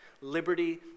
liberty